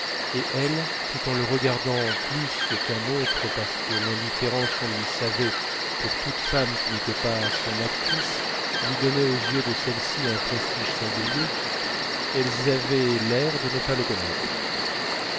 et elles tout en le regardant plus qu'un autre parce que l'indifférence qu'on lui savait pour toute femme qui n'était pas son actrice lui donnait aux yeux de celles-ci un prestige singulier elles avaient l'air de ne pas le connaître